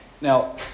Now